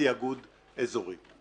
- מתיאגוד אזורי.